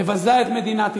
מבזה את מדינת ישראל,